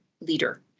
leader